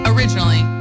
Originally